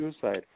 suicide